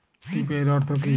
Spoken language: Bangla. ইউ.পি.আই এর অর্থ কি?